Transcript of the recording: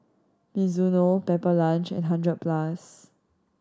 Mizuno Pepper Lunch and Hundred Plus